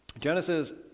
Genesis